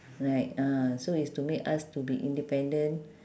like ah so it's to make us to be independent